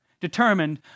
determined